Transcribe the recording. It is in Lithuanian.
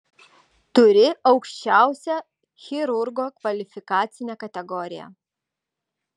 turi aukščiausią chirurgo kvalifikacinę kategoriją